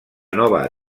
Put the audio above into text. nova